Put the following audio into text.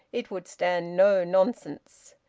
it would stand no nonsense.